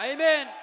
Amen